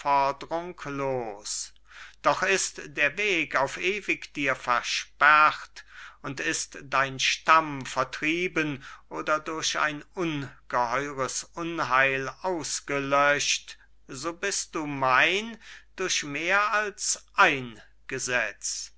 doch ist der weg auf ewig dir versperrt und ist dein stamm vertrieben oder durch ein ungeheures unheil ausgelöscht so bist du mein durch mehr als ein gesetz